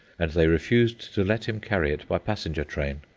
and they refused to let him carry it by passenger train.